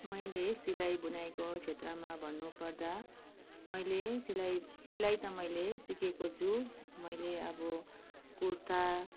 मैले सिलाइ बुनाइको क्षेत्रमा भन्नु पर्दा मैले सिलाइ सिलाइ त मैले सिकेको छु मैले अब कुर्था